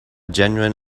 genuine